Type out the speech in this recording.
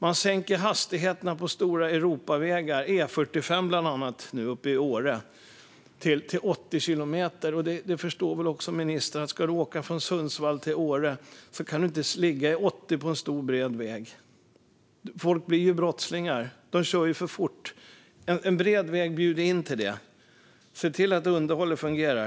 Man sänker hastigheterna på stora Europavägar, bland annat E14 uppe i Åre, till 80 kilometer i timmen. Det förstår väl även ministern att den som ska åka från Sundsvall till Åre inte kan ligga i 80 på en stor, bred väg. Folk blir ju brottslingar - de kör för fort. En bred väg bjuder in till det. Se till att underhållet fungerar!